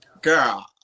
Girl